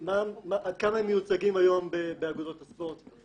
ועד כמה הם מיוצגים היום באגודות הספורט,